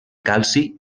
calci